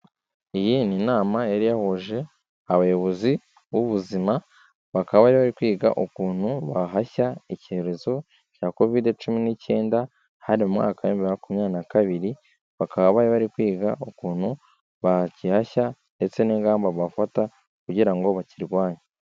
Iyi ni nama yari yahuje abayobozi b'ubuzima, bakaba bari bari kwiga ukuntu bahashya icyorezo cya covid cumi n'icyenda, hari mu mwaka w'ibihumbi bibiri na makumyabiri na kabiri, bakaba bari bari kwiga ukuntu bagihashya, ndetse n'ingamba bafata kugira ngo bakirwanye.